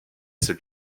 celle